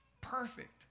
perfect